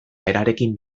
berarekin